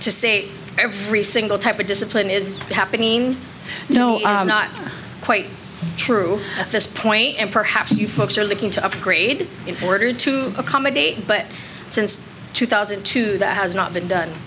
to say every single type of discipline is happening no not quite true this point and perhaps you folks are looking to upgrade in order to accommodate but since two thousand and two that has not been done